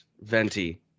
Venti